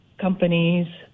companies